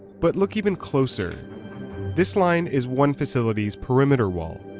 but look even closer this line is one facility's perimeter wall.